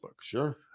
Sure